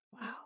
Wow